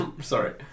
sorry